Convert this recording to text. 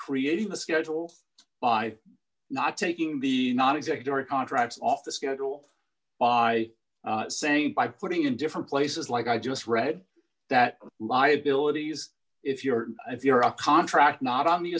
creating a schedule by not taking the not exactly contracts off the schedule by saying by putting in different places like i just read that liabilities if you're if you're a contract not on the